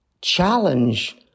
challenge